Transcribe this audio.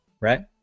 right